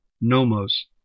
nomos